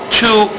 two